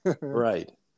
Right